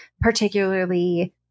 particularly